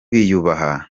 wiyubaha